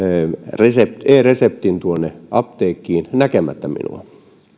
e reseptin tuonne apteekkiin näkemättä minua